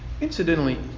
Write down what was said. Incidentally